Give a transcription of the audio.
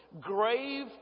grave